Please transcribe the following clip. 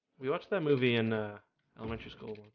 we watched that movie in elementary school